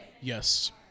yes